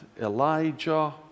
Elijah